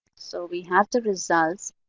so we have the results.